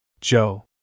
Joe